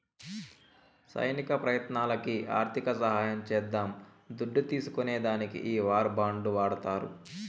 సైనిక ప్రయత్నాలకి ఆర్థిక సహాయం చేసేద్దాం దుడ్డు తీస్కునే దానికి ఈ వార్ బాండ్లు వాడతారు